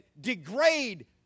degrade